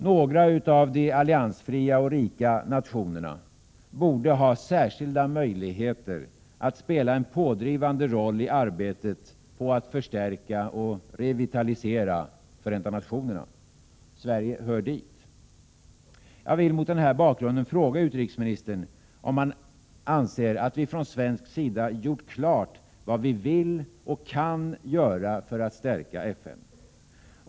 Några av de alliansfria och rika nationerna borde ha särskilda möjligheter att spela en pådrivande roll i arbetet på att förstärka och revitalisera Förenta nationerna. Sverige hör dit. Jag vill mot den här bakgrunden fråga utrikesministern om han anser att vi från svensk sida gjort klart vad vi vill och kan göra för att stärka FN.